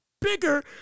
bigger